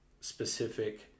specific